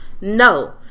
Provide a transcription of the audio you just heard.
no